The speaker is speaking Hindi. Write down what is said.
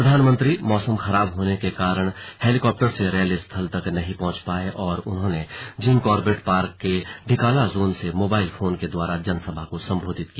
प्रधानमंत्री मौसम खराब होने के कारण हेलीकॉप्टर से रैली स्थल तक नहीं पहुंच पाये और उन्होंने जिम कॉर्बेट पार्क के ढिकाला जोन से मोबाइल फोन के द्वारा जनसभा को संबोधित किया